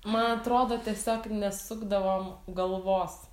man atrodo tiesiog nesukdavom galvos